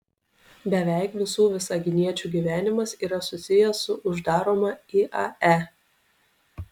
beveik visų visaginiečių gyvenimas yra susijęs su uždaroma iae